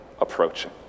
approaching